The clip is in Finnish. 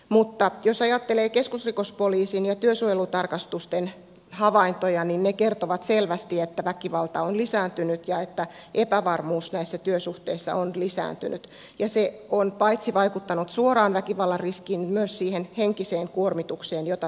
mutta jos ajattelee keskusrikospoliisin ja työsuojelutarkastusten havaintoja niin ne kertovat selvästi että väkivalta on lisääntynyt ja että epävarmuus näissä työsuhteissa on lisääntynyt ja se on vaikuttanut paitsi suoraan väkivallan riskiin myös siihen henkiseen kuormitukseen jota työstä tulee